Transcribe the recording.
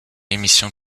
émission